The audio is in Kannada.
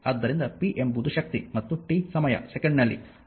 ಆದ್ದರಿಂದ p ಎಂಬುದು ಶಕ್ತಿ ಮತ್ತು t ಸಮಯ ಸೆಕೆಂಡಿನಲ್ಲಿ